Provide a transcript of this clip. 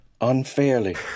unfairly